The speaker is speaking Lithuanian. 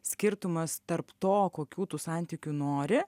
skirtumas tarp to kokių tų santykių nori